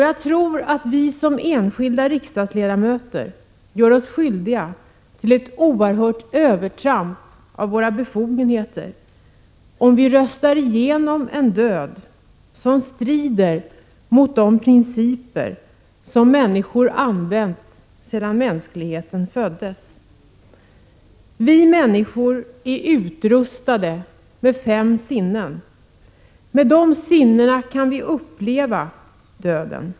Jag tror att vi som enskilda riksdagsledamöter gör oss skyldiga till ett oerhört övertramp av våra befogenheter, om vi röstar igenom en död som strider mot de principer som människor använt sedan mänskligheten föddes. Vi människor är utrustade med fem sinnen. Med de sinnena kan vi uppleva döden.